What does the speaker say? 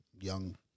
Young